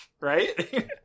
right